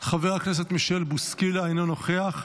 חבר הכנסת מישל בוסקילה, אינו נוכח,